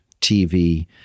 TV